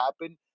happen